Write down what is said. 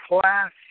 class